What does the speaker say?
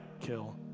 kill